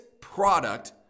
product